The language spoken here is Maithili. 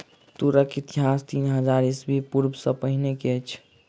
तूरक इतिहास तीन हजार ईस्वी पूर्व सॅ पहिने के अछि